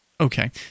Okay